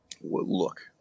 look